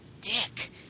dick